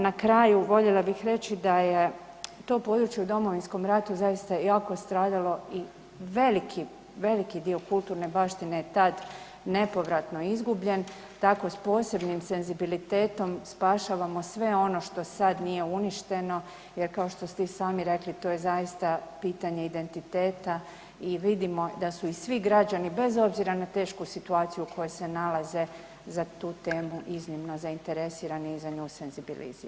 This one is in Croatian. Na kraju voljela bih reći da je to područje u Domovinskom ratu zaista jako stradalo i veliki, veliki dio kulturne baštine je tad nepovratno izgubljen, tako s posebnim senzibilitetom spašavamo sve ono što sad nije uništeno, jer kao što ste i sami rekli to je zaista pitanje identiteta i vidimo da su i svi građani bez obzira na tešku situaciju u kojoj se nalaze za tu temu iznimno zainteresirani i za nju senzibilizirani.